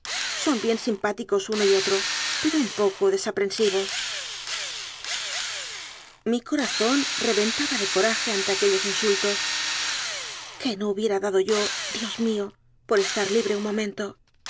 son bien sim páticos uno y otro pero un poco desaprensivos mi corazón reventaba de coraje ante aquellos insultos qué no hubiera yo dado dios mío por estar libre un momento